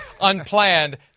unplanned